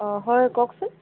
অ হয় কওকচোন